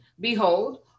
Behold